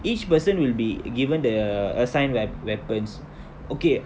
each person will be given the assigned wea~ weapons okay